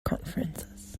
conferences